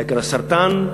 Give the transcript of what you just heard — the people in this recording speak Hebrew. חקר הסרטן,